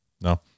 no